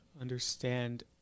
understand